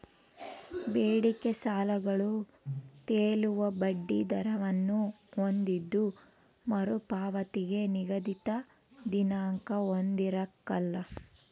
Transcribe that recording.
ಬೇಡಿಕೆ ಸಾಲಗಳು ತೇಲುವ ಬಡ್ಡಿ ದರವನ್ನು ಹೊಂದಿದ್ದು ಮರುಪಾವತಿಗೆ ನಿಗದಿತ ದಿನಾಂಕ ಹೊಂದಿರಕಲ್ಲ